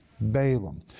Balaam